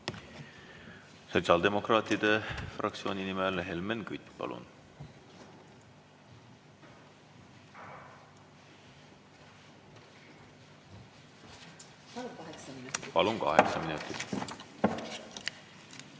Sotsiaaldemokraatide fraktsiooni nimel Helmen Kütt. Palun! Palun kaheksa minutit. Palun kaheksa minutit.